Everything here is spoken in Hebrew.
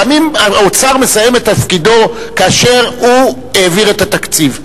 פעמים האוצר מסיים את תפקידו כאשר הוא מעביר את התקציב.